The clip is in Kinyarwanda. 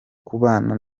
kubana